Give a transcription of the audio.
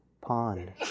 pond